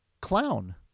Clown